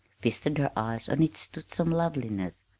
feasted her eyes on its toothsome loveliness,